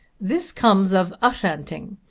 this comes of ushanting!